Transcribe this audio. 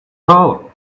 hollow